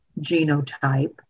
genotype